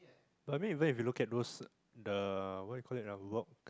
I mean even if you look at those the what you call it uh woke